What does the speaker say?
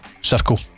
circle